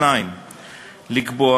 2. לקבוע